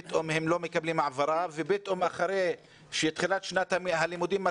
הם לא מקבלים העברה ופתאום אחרי שמתחילה שנת הלימודים,